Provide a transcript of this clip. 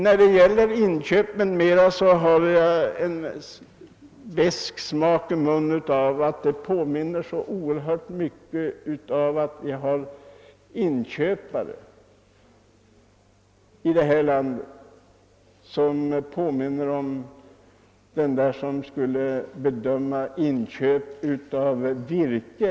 När jag talar om inköpsverksamheten får jag en besk smak i munnen; en del inköpare i detta land påminner nämligen om den man som under första världskriget skulle köpa upp virke.